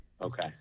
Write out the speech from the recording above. Okay